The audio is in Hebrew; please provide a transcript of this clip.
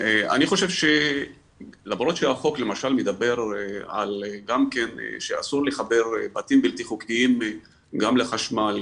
למרות שהחוק למשל מדבר על גם כן שאסור לחבר בתים בלתי חוקיים גם לחשמל,